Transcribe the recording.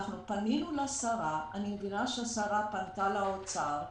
פנינו לשרה, אני מבינה שהשרה פנתה לאוצר,